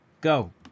go